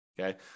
Okay